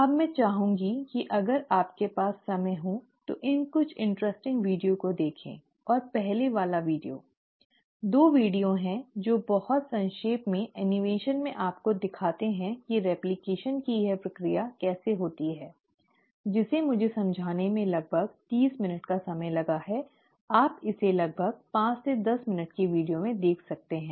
अब मैं चाहूंगी कि अगर आपके पास समय हो तो इन कुछ मजेदार वीडियो को देखें और पहले वाला वीडियो 2 वीडियो है जो बहुत संक्षेप में एनीमेशन में आपको दिखाते हैं कि रेप्लकेशन की यह प्रक्रिया कैसे होती है जिसे मुझे समझाने में लगभग 30 मिनट का समय लगा है आप इसे लगभग 5 से 10 मिनट के वीडियो में देख सकते हैं